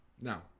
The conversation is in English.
now